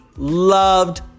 Loved